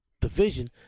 division